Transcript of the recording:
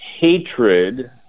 hatred